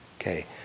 Okay